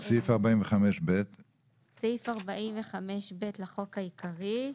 תיקון סעיף 45ב 30. בסעיף 45ב לחוק העיקרי,